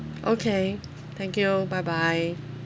okay thank you bye bye